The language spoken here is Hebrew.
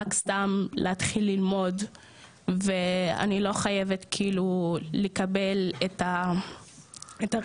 סתם להתחיל ללמוד ואני לא חייבת כאילו לקבל את הרישיון,